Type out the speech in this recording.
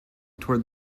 toward